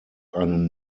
einen